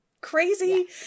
crazy